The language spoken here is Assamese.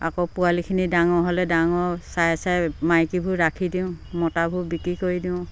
আকৌ পোৱালিখিনি ডাঙৰ হ'লে ডাঙৰ চাই চাই মাইকীবোৰ ৰাখি দিওঁ মতাবোৰ বিক্ৰী কৰি দিওঁ